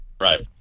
Right